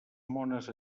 mones